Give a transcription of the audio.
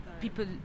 People